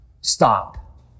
stop